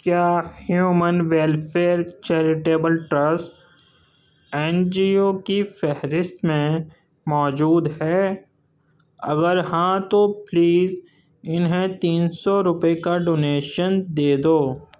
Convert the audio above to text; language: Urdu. کیا human welfare charitable trust N G O کی فہرست میں موجود ہے اگر ہاں تو پلیز انہیں تین سو روپئے کا ڈونیشن دے دو